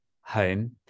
home